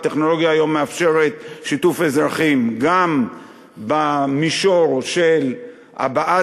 הטכנולוגיה היום מאפשרת שיתוף אזרחים גם במישור של הבעת